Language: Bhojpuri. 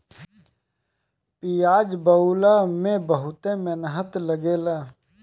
पियाज बोअला में बहुते मेहनत लागेला